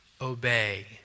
obey